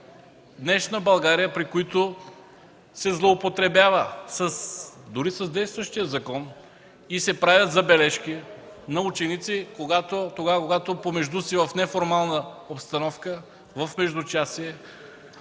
днешна България, при които се злоупотребява дори с действащия закон и се правят забележки на ученици тогава, когато помежду си в неформална обстановка, в междучасие,